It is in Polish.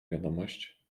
wiadomość